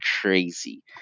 crazy